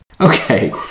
Okay